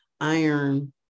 iron